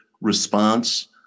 response